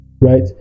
right